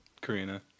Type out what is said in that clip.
Karina